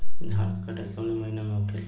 धान क कटाई कवने महीना में होखेला?